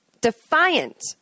defiant